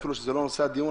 אפילו שזה לא נושא הדיון,